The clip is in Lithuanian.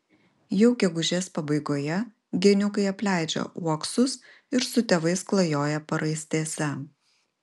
jau gegužės pabaigoje geniukai apleidžia uoksus ir su tėvais klajoja paraistėse